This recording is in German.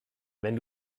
wenn